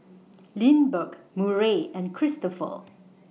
Lindbergh Murray and Kristopher